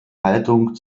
haltung